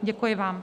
Děkuji vám.